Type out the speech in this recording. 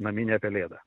naminė pelėda